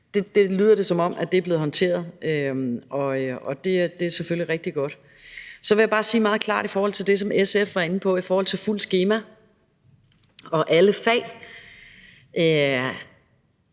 Det lyder, som om det er blevet håndteret, og det er selvfølgelig rigtig godt. Så vil jeg bare sige meget klart i forhold til det, som SF var inde på, vedrørende fuldt skema og alle fag,